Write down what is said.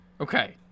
Okay